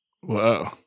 Whoa